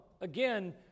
Again